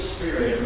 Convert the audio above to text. Spirit